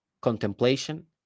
contemplation